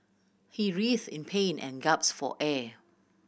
he writhe in pain and gaps for air